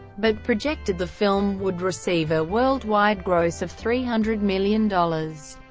but projected the film would receive a worldwide gross of three hundred million dollars.